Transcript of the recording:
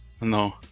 no